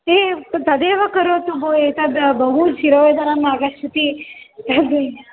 तद् तदेव करोतु भोः एतद् बहु शिरोवेदनम् आगच्छति तद्